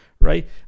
right